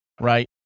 right